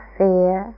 fear